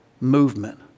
movement